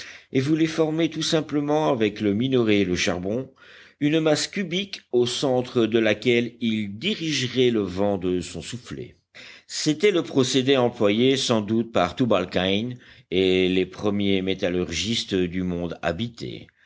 et voulait former tout simplement avec le minerai et le charbon une masse cubique au centre de laquelle il dirigerait le vent de son soufflet c'était le procédé employé sans doute par tubal caïn et les premiers métallurgistes du monde habité